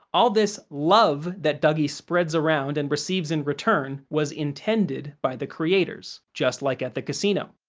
all this love that dougie spreads around and receives in return was intended by the creators, just like at the casino.